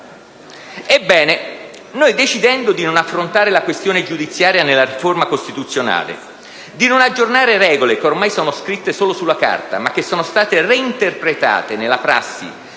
Ebbene, decidendo di non affrontare la questione giudiziaria nella riforma costituzionale, di non aggiornare regole che ormai sono scritte solo sulla carta, ma che sono state reinterpretate nella prassi,